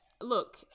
Look